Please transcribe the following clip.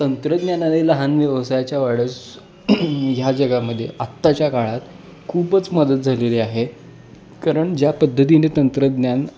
तंत्रज्ञान आले लहान व्यवसायाच्या वेळेस ह्या जगामध्ये आत्ताच्या काळात खूपच मदत झालेली आहे कारण ज्या पद्धतीने तंत्रज्ञान